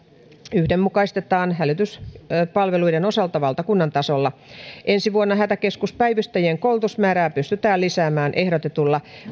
yhdenmukaistetaan hälytyspalveluiden osalta valtakunnan tasolla ensi vuonna hätäkeskuspäivystäjien koulutusmäärää pystytään lisäämään ehdotetulla